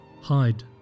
Hide